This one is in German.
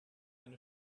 eine